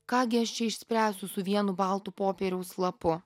ką gi aš čia išspręsiu su vienu baltu popieriaus lapu